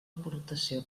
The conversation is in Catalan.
aportació